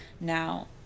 now